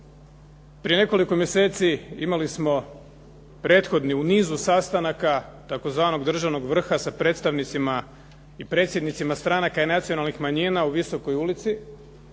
Prije nekoliko mjeseci imali smo prethodni u nizu sastanaka tzv. državnog vrha sa predstavnicima i predsjednicima stranaka i nacionalnih manjina u Visokoj ulici